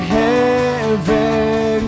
heaven